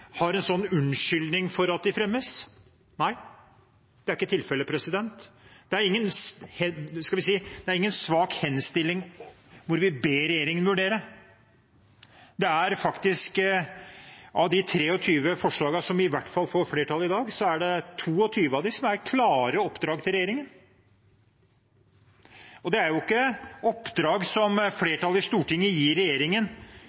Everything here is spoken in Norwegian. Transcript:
har en unnskyldning for at de fremmes. Nei, det er ikke tilfellet. Det er, skal vi si, ingen svak henstilling hvor vi ber regjeringen vurdere. Av de 23 forslagene som i hvert fall får flertall i dag, er det 22 som er klare oppdrag til regjeringen. Og det er ikke oppdrag som